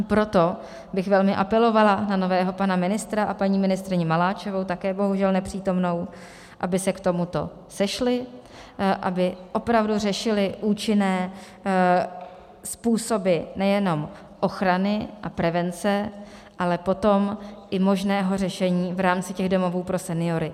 Proto bych velmi apelovala na nového pana ministra a paní ministryni Maláčovou, také bohužel nepřítomnou, aby se k tomuto sešli, aby opravdu řešili účinné způsoby nejenom ochrany a prevence, ale potom i možného řešení v rámci těch domovů pro seniory.